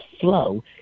flow